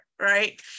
right